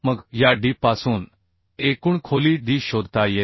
मग या D पासून एकूण खोली D शोधता येते